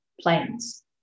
planes